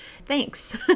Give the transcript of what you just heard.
Thanks